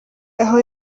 aho